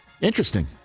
Interesting